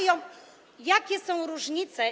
Jakie są różnice?